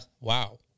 Wow